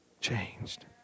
changed